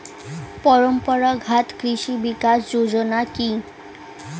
পরম্পরা ঘাত কৃষি বিকাশ যোজনা কি?